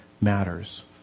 Matters